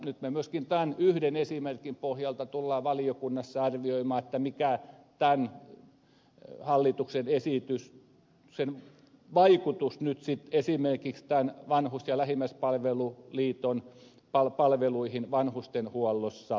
nyt me myöskin tämän yhden esimerkin pohjalta tulemme valiokunnassa arvioimaan mikä tämän hallituksen esityksen vaikutus nyt sitten esimerkiksi tämän vanhus ja lähimmäispalvelun liiton palveluihin vanhustenhuollossa on